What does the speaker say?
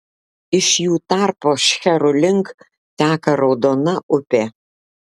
iš jų tarpo šcherų link teka raudona upė